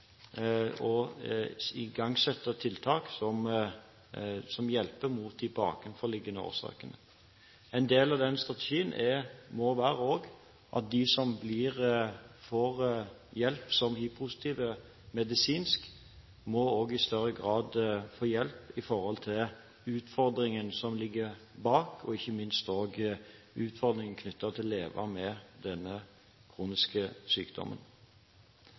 igangsette tiltak som hjelper mot de bakenforliggende årsakene. En del av strategien må være at hivpositive som får hjelp medisinsk, i større grad også må få hjelp med den bakenforliggende utfordringen og – ikke minst – med utfordringen knyttet til det å leve med denne kroniske sykdommen.